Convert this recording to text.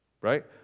right